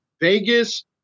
Vegas